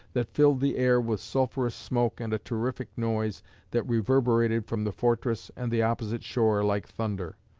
that filled the air with sulphurous smoke and a terrific noise that reverberated from the fortress and the opposite shore like thunder.